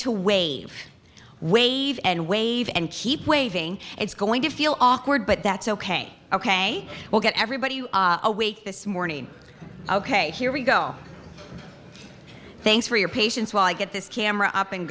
to wave wave and wave and keep waving it's going to feel awkward but that's ok ok well get everybody you awake this morning ok here we go thanks for your patience while i get this camera up and